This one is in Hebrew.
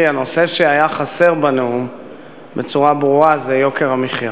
הנושא שהיה חסר בנאום בצורה ברורה זה יוקר המחיה.